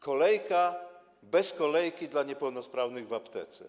Kolejka bez kolejki dla niepełnosprawnych w aptece.